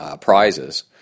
prizes